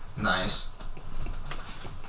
Nice